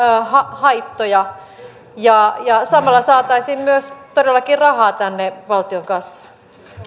haittoja samalla myös saataisiin todellakin rahaa tänne valtion kassaan